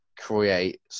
Create